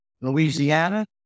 Louisiana